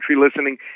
listening